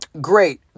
great